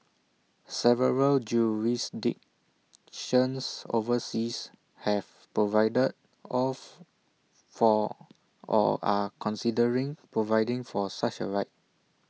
several jurisdictions overseas have provided of for or are considering providing for such A right